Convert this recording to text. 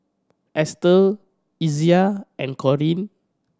Estel Izaiah and Corene